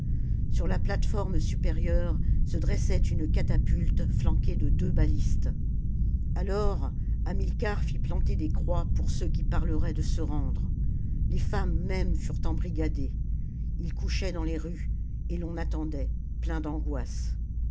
sur la plate-forme supérieure se dressait une catapulte flanquée de deux balistes alors hamilcar fit planter des croix pour ceux qui parleraient de se rendre les femmes mêmes furent embrigadées ils couchaient dans les rues et l'on attendait plein d'angoisses